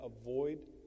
avoid